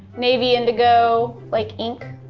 navy, indigo, like ink.